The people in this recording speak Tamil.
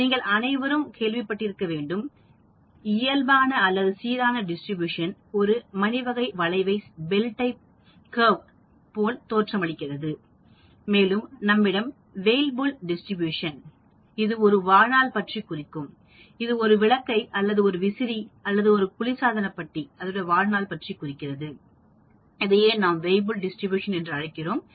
நீங்கள் அனைவரும் கேள்விப்பட்டிருக்க வேண்டும்இயல்பான அல்லது சீரான டிஸ்ட்ரிபியூஷன் ஒரு மணி வகை வளைவைப் போல தோற்றமளிக்கிறது மேலும் நம்மிடம் உள்ளதுவெய்புல் டிஸ்ட்ரிபியூஷன் இது ஒரு வாழ்நாள் பற்றி குறிக்கும் இது ஒளி விளக்கை அல்லது விசிறி அல்லது குளிர்சாதன பெட்டி எதை வேண்டுமானாலும் குறிக்கும் இதையே நாம் வெய்புல் டிஸ்ட்ரிபியூஷன் என்று அழைக்கப்படும்